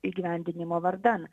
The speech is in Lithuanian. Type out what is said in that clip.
įgyvendinimo vardan